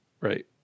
right